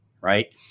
right